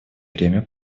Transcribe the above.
время